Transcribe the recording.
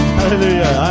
Hallelujah